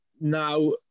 now